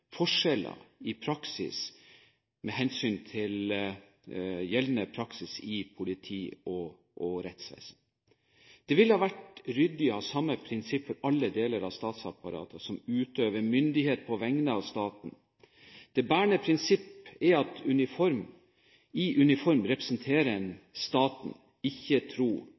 forskjeller i praksis med hensyn til gjeldende praksis i politi- og rettsvesen. Det ville ha vært ryddig å ha samme prinsipp for alle deler av statsapparatet som utøver myndighet på vegne av staten. Det bærende prinsipp er at i uniform representerer en staten, ikke tro,